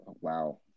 Wow